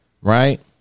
right